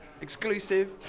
Exclusive